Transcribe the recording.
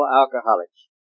alcoholics